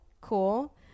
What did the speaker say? Cool